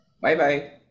Bye-bye